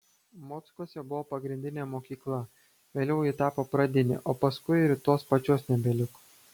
mockuose buvo pagrindinė mokykla vėliau ji tapo pradinė o paskui ir tos pačios nebeliko